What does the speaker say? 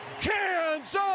Kansas